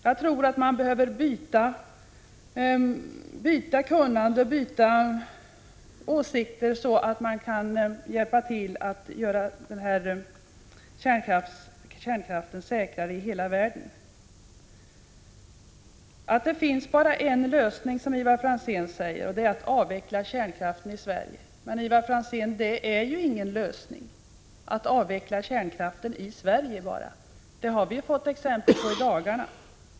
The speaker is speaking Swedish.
Jag tror att man behöver byta kunnande och byta åsikter, så att man kan hjälpas åt att göra kärnkraften säkrare i hela världen. Det finns bara en lösning, säger Ivar Franzén, nämligen att avveckla kärnkraften i Sverige. Men det är ju ingen lösning att avveckla kärnkraften bara i Sverige. Det har vi ju fått exempel på i dagarna.